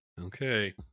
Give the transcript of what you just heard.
Okay